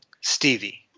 Stevie